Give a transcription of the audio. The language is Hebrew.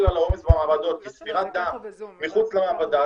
על העומס במעבדות בספירת דם מחוץ למעבדה,